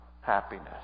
happiness